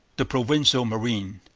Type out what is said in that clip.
the provincial marine.